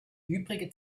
übrige